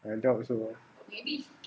I doubt so